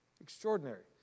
Extraordinary